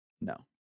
No